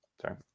sorry